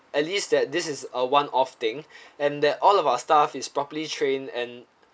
at least that this is uh one off thing and that all of our staff is properly trained and